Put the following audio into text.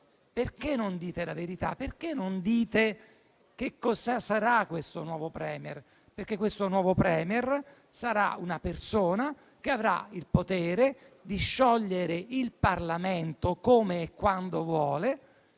Perché non dite la verità? Perché non dite cosa sarà questo nuovo *Premier*? Questo nuovo *Premier* sarà una persona che avrà il potere di sciogliere il Parlamento come e quando vuole